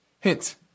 hint